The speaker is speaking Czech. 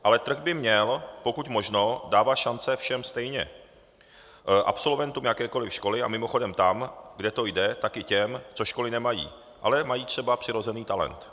Ale trh by měl pokud možno dávat šance všem stejně, absolventům jakékoli školy, a mimochodem tam, kde to jde, tak i těm, co školy nemají, ale mají třeba přirozený talent.